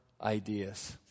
ideas